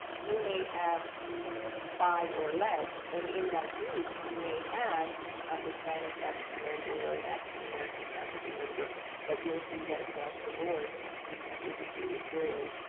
you may have five or less and in that group you may have a hispanic faculty member or an african-american faculty member but you'll see that across the board we have indicated zero